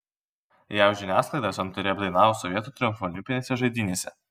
jav žiniasklaida santūriai apdainavo sovietų triumfą olimpinėse žaidynėse